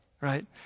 right